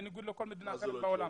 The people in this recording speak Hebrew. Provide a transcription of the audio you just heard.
בניגוד לכל מדינה אחרת בעולם.